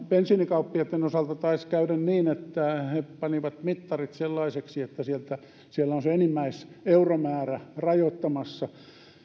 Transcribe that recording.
bensiinikauppiaitten osalta taisi käydä niin että he panivat mittarit sellaisiksi että siellä on se enimmäiseuromäärä rajoittamassa